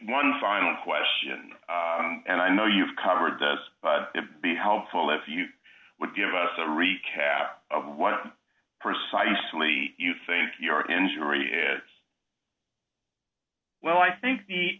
one final question and i know you've covered this be helpful if you would give us a recap of what precisely you think your injury is well i think the